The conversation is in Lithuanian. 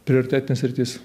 prioritetinė sritis